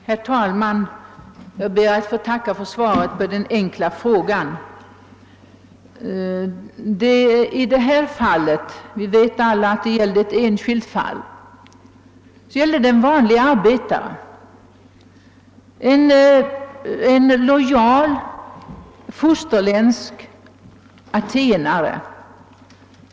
Herr talman! Jag ber att få tacka utrikesministern för svaret på min enkla fråga. Som alla vet gällde min fråga ett en här förenas med sina familjer skilt fall, en vanlig arbetare, en lojal fosterländsk atenare.